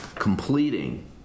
Completing